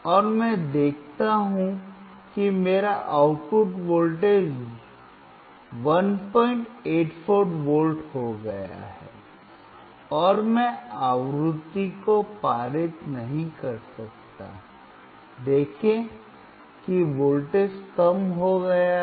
और मैं देखता हूं कि मेरा आउटपुट वोल्टेज 1 84V हो गया है और मैं आवृत्ति को पारित नहीं कर सकता देखें कि वोल्टेज कम हो गया है